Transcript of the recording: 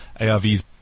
ARVs